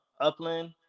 Upland